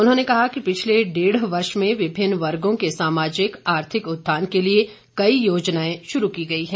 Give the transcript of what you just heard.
उन्होंने कहा कि पिछले डेढ़ वर्ष में विभिन्न वर्गो के सामाजिक आर्थिक उत्थान के लिए कई योजनाएं शुरू की गई हैं